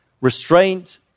Restraint